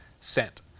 sent